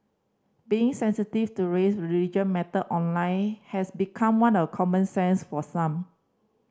being sensitive to race religion matter online has become one of common sense for some